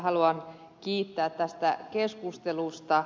haluan kiittää tästä keskustelusta